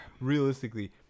realistically